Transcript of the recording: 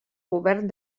govern